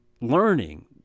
learning